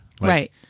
Right